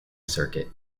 circuit